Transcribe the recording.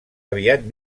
aviat